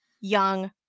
young